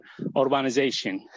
urbanization